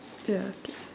ya